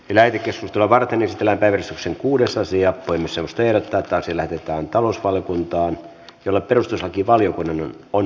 lähetekeskustelua varten esitellään everstiksi kuudes asia kuin sen tehdä tätä sillä tähän talousvaliokuntaan jolle perustuslakivaliokunnan on